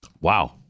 Wow